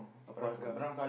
or parka